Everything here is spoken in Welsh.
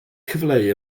cyfleu